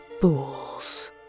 Fools